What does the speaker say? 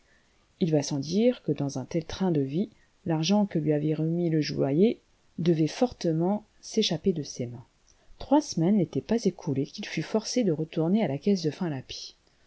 il va sans dire que dans un tel train de vie l'argent que lui avait remis le joaillier devait fortement s'échapper de ses mains trois semaines n'étaient pas écoulées qu il fut forcé de retourner à la caisse de finlappi